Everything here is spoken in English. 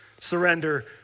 surrender